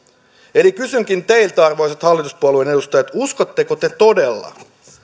eli kysynkin teiltä arvoisat hallituspuolueiden edustajat uskotteko te todella